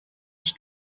ich